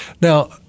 now